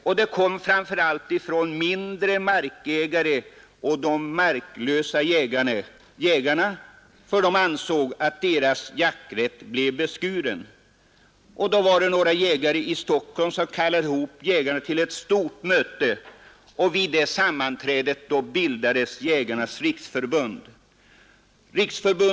Motståndet kom framför allt från mindre markägare och marklösa jägare, eftersom de ansåg, att deras jakträtt blev beskuren. Några jägare i Stockholm sammankallade då kolleger till ett stort möte, och vid detta sammanträde bildades Jägarnas riksförbund.